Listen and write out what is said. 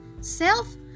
self